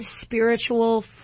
spiritual